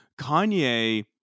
Kanye